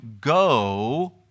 go